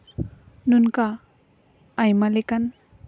ᱱᱚᱝᱠᱟ ᱟᱭᱢᱟ ᱞᱮᱠᱟᱱ